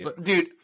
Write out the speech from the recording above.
dude